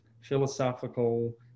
philosophical